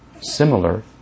similar